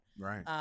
Right